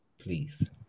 please